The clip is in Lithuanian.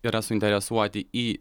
yra suinteresuoti į